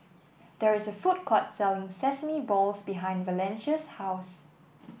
there is a food court selling Sesame Balls behind Valencia's house